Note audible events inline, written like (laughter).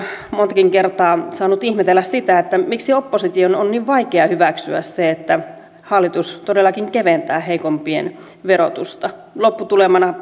montakin kertaa saanut ihmetellä sitä miksi opposition on niin vaikea hyväksyä se että hallitus todellakin keventää heikompien verotusta lopputulemana (unintelligible)